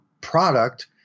product